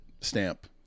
stamp